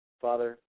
Father